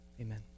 Amen